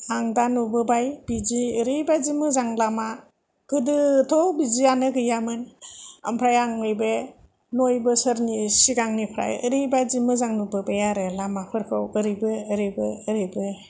आंदा नुबोबाय बिदि ओरैबादि मोजां लामा गोदोथ' बिदियानो गैयामोन आमफ्राय आं नैबे नय बोसोरफोरनि सिगांनिफ्राय ओरैबादि मोजां नुबोबाय आरो लामाफोरखौ ओरैबो ओरैबो ओरैबो